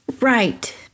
right